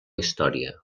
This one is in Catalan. història